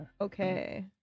Okay